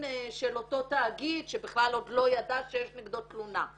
של אותו תאגיד שבכלל עוד לא ידע שיש נגדו תלונה.